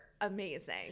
amazing